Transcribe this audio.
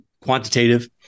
quantitative